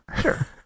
sure